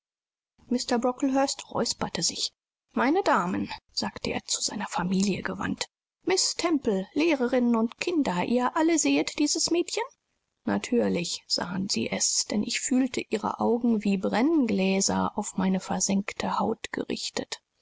mr brocklehurst räusperte sich meine damen sagte er zu seiner familie gewandt miß temple lehrerinnen und kinder ihr alle sehet dieses mädchen natürlich sahen sie es denn ich fühlte ihre augen wie brenngläser auf meine versengte haut gerichtet